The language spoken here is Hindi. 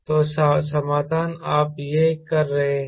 तो समाधान आप यह कर रहे हैं